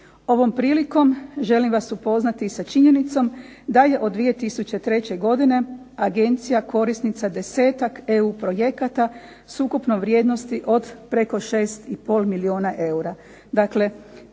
Ovom prilikom želim vas upoznati i sa činjenicom da je od 2003. godine agencija korisnica desetak EU projekata, s ukupnom vrijednosti od preko 6 i pol milijuna eura.